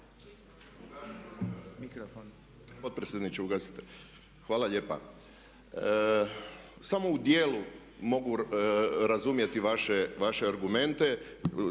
Hvala lijepa. Samo u dijelu mogu razumjeti vaše argumente,